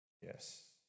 Yes